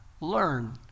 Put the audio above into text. learn